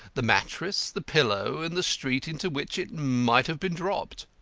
the mattress, the pillow, and the street into which it might have been dropped.